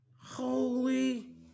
holy